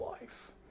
life